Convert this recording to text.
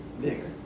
bigger